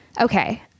okay